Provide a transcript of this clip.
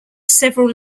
several